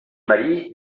marí